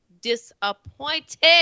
disappointed